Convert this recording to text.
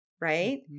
right